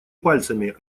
пальцами